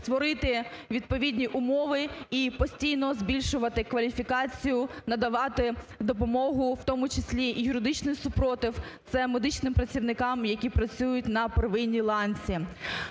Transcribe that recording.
створити відповідні умови і постійно збільшувати кваліфікацію, надавати допомогу, в тому числі і юридичний супротив, це медичним працівникам, які працюють на первинній ланці.